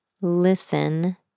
listen